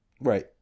Right